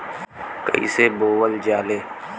कईसे बोवल जाले?